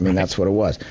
and that's what it was.